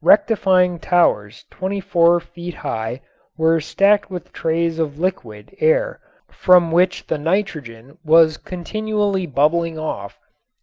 rectifying towers twenty four feet high were stacked with trays of liquid air from which the nitrogen was continually bubbling off